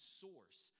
source